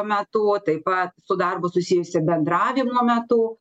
metu taip pat su darbu susijusio bendravimo metu